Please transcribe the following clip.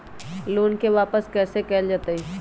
Loan के वापस कैसे कैल जतय?